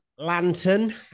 Lantern